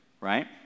right